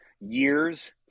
years